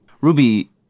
Ruby